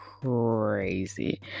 crazy